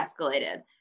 escalated